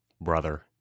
brother